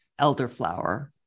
elderflower